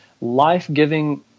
life-giving